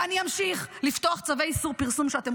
אני אמשיך לפתוח צווי איסור פרסום שאתם